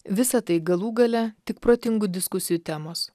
visa tai galų gale tik protingų diskusijų temos